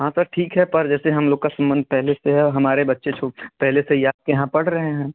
हाँ सर ठीक हे पर जैसे हम लोग का सम्बन्ध पहले से है और हमारे बच्चे जो पहले से ही आपके यहाँ पढ़ रहे हैं